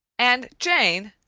and jane,